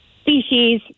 species